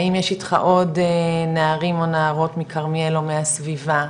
האם יש איתך עוד נערים או נערות מכרמיאל או מהסביבה?